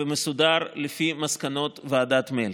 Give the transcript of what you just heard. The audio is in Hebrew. ומסודר לפי מסקנות ועדת מלץ,